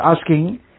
asking